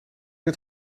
het